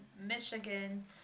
Michigan